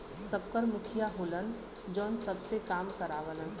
सबकर मुखिया होलन जौन सबसे काम करावलन